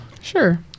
Sure